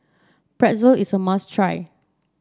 pretzel is a must try